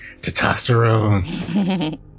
testosterone